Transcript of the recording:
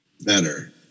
better